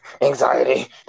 Anxiety